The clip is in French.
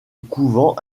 couvent